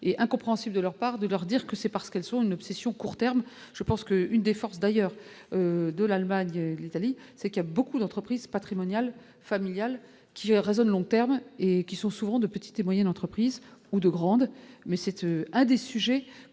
et incompréhensible de leur part de leur dire que c'est parce qu'elles sont une obsession court terme je pense qu'une des forces d'ailleurs de l'Allemagne, l'Italie, c'est qu'il y a beaucoup d'entreprises patrimoniales familiale qui résonne long terme et qui sont souvent de petites et moyennes entreprises ou de grandes, mais c'était un des sujets